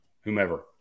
whomever